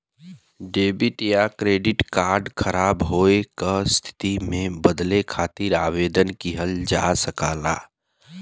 debit या credit card ख़राब होये क स्थिति में बदले खातिर आवेदन किहल जा सकला